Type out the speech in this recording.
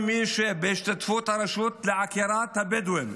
בהשתתפות הרשות לעקירת הבדואים,